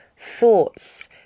thoughts